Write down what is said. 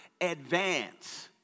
advance